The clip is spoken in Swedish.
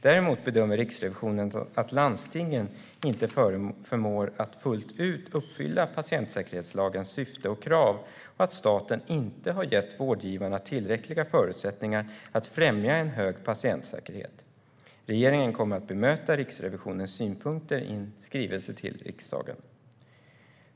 Däremot bedömer Riksrevisionen att landstingen inte förmår att fullt ut uppfylla patientsäkerhetslagens syfte och krav och att staten inte har gett vårdgivarna tillräckliga förutsättningar att främja en hög patientsäkerhet. Regeringen kommer att bemöta Riksrevisionens synpunkter i en skrivelse till riksdagen.